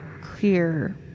clear